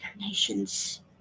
nations